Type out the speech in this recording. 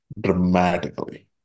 dramatically